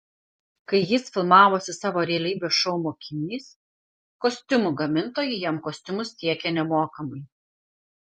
kai jis filmavosi savo realybės šou mokinys kostiumų gamintojai jam kostiumus tiekė nemokamai